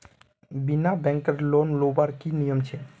बिना बैंकेर लोन लुबार की नियम छे?